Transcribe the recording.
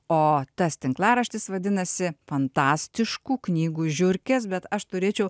o tas tinklaraštis vadinasi fantastiškų knygų žiurkės bet aš turėčiau